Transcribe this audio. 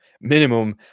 minimum